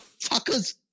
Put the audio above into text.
fuckers